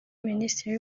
minisitiri